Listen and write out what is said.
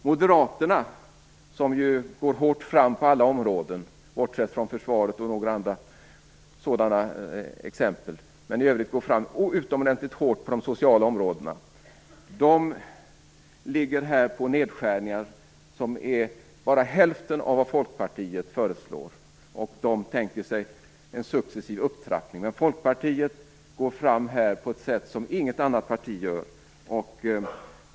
Moderaterna, som ju går utomordentligt hårt fram på många sociala områden - bortsett från försvaret - föreslår nedskärningar som ligger på bara hälften av vad Folkpartiet föreslår samtidigt som man tänker sig en successiv upptrappning. Men Folkpartiet går fram på ett sätt som inget annat parti gör.